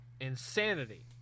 insanity